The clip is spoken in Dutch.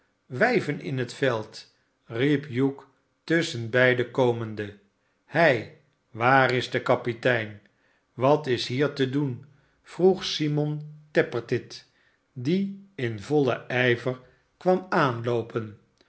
swijven in het veld riep hugh tusschen beide komende hei waar is de kapitein wat is hier te doen vroeg simon tappertit die in vollen ijver kwam aanloopen